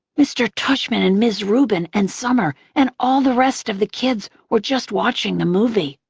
mr. tushman and ms. rubin and summer and all the rest of the kids were just watching the movie.